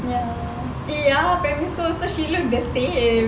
ya eh ya primary school also she looked the same